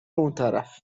اونطرف